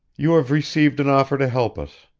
you have received an offer to help us.